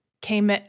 came